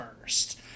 first